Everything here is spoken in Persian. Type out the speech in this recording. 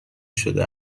شده